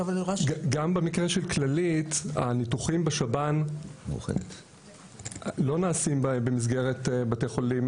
גם במקרה של כללית הניתוחים בשב"ן לא נעשים במסגרת בתי חולים